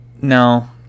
no